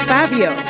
Fabio